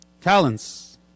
Talents